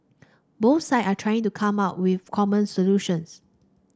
both side are trying to come up with common solutions